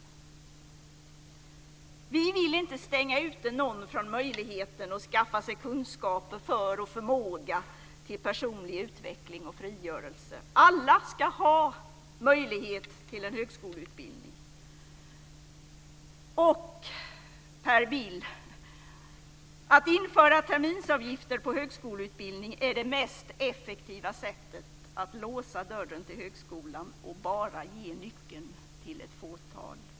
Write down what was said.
Vi vill inte stänga ute någon från möjligheten att skaffa sig kunskaper för och förmåga till personlig utveckling och frigörelse. Alla ska ha möjlighet till en högskoleutbildning. Per Bill! Att införa terminsavgifter på högskoleutbildning är det mest effektiva sättet att låsa dörren till högskolan och bara ge nyckeln till ett fåtal.